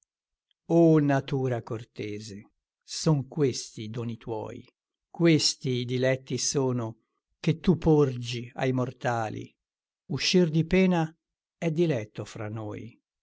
o natura cortese son questi i doni tuoi questi i diletti sono che tu porgi ai mortali uscir di pena è diletto fra noi